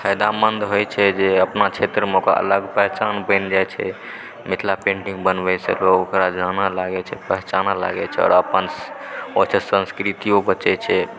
फायदामन्द होइ छै जे अपना क्षेत्रमे पहचान बनि जाइत छै मिथिला पेंटिङ्ग बनबैसंँ लोग ओकरा जानय लागै छै पहचानए लागै छै आओर अपन ओहिसँ संस्कृतियो बचै छै